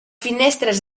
finestres